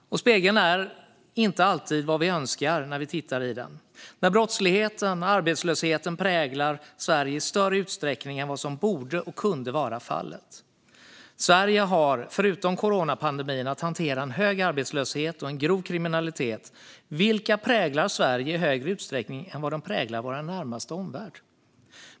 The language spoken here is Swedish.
Spegeln är inte alltid vad vi önskar när vi tittar i den, till exempel när brottsligheten och arbetslösheten präglar Sverige i större utsträckning än vad som borde och kunde vara fallet. Sverige har förutom coronapandemin att hantera en hög arbetslöshet och en grov kriminalitet, vilka präglar Sverige i högre utsträckning än vad de präglar vår närmaste omvärld.